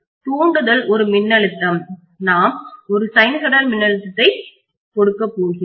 தூண்டுதல் ஒரு மின்னழுத்தம் நாம் ஒரு சைனூசாய்டல் மின்னழுத்தத்தை கொடுக்கப் போகிறோம்